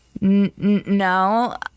no